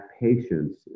patience